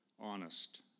honest